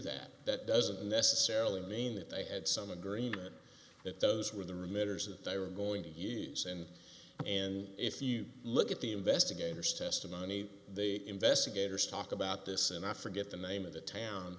that that doesn't necessarily mean that they had some agreement that those were the remittances that they were going to use and and if you look at the investigators testimony they investigators talk about this and i forget the name of the town